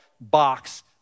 box